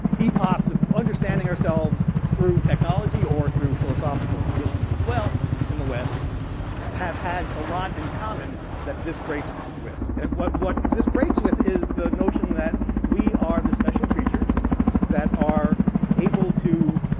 epochs of understanding ourselves through technology or through philosophical positions as well in the west have had a lot in common that this breaks with. and what what this breaks with is the notion that we are the special creatures that are able to,